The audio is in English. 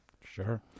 Sure